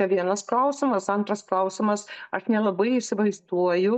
čia vienas klausimas antras klausimas aš nelabai įsivaizduoju